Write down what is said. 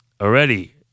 already